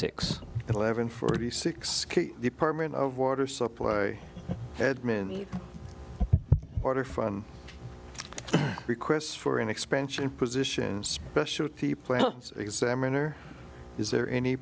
six eleven forty six department of water supply headman the order from requests for an expansion position specialty plants examiner is there any